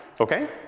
Okay